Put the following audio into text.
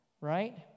Right